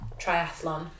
triathlon